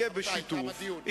יהיה בשיתוף,